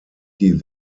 die